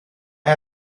had